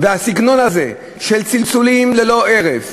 והסגנון הזה של צלצולים ללא הרף,